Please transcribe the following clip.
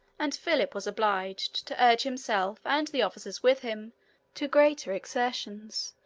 and philip was obliged to urge himself and the officers with him to greater exertions,